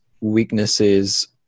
weaknesses